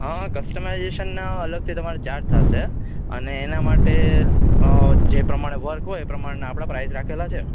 હ customization ના અલગથી તમારે ચાર્જ થાસે અને એના માટે જે પ્રમાણે વર્ક હોય એ પ્રમાણ ના આપડા પાંહે રાખેલા છે